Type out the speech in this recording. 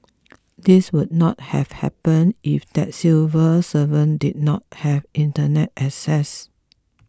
this would not have happened if that civil servant did not have Internet access